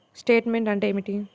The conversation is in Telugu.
స్టేట్మెంట్ అంటే ఏమిటి?